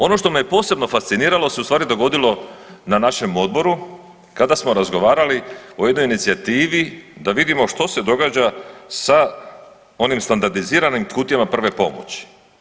Ono što me posebno fasciniralo se u stvari dogodilo na našem odboru kada smo razgovarali o jednoj inicijativi da vidimo što se događa sa onim standardiziranim kutijama prve pomoći.